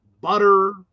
Butter